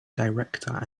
director